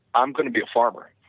i'm going to be a farmer.